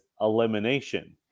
elimination